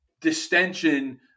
distension